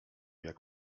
jak